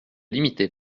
limiter